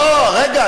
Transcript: לא, רגע.